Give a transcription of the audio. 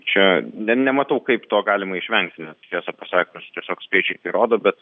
čia ne nematau kaip to galima išvengti tiesą pasakius tiesiog skaičiai tai rodo bet